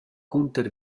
cunter